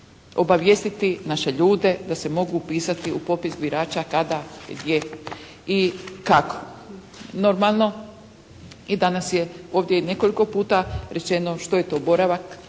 obavijestiti naše ljude da se mogu upisati u popis birača, kada, gdje i kako. Normalno, i danas je ovdje i nekoliko puta rečeno što je to boravak